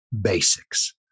basics